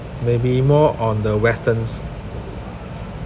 maybe more on the westerns